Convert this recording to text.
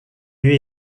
lieu